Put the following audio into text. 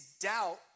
doubt